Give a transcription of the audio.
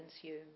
consume